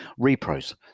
repros